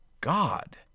God